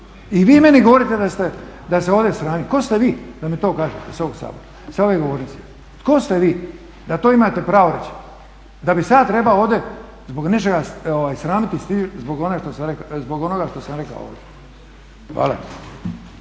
i vi meni govorite da se ovdje sramim. Tko ste vi da mi to kažete sa ovog Sabora, sa ove govornice? Tko ste vi da to imate pravo reći, da bih se ja trebao ovdje zbog nečega sramiti i stiditi zbog onoga što sam rekao. Hvala.